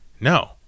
no